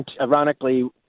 ironically